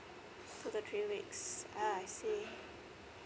two to three weeks ah I see